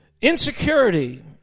Insecurity